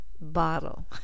bottle